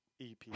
EP